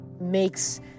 makes